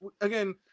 Again